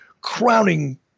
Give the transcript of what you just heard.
crowning